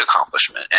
accomplishment